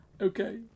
okay